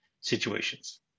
situations